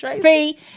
See